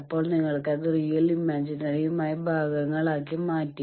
അപ്പോൾ നിങ്ങൾ അത് റിയലും ഇമാജിനറിയുമായ ഭാഗങ്ങൾ ആക്കി മാറ്റി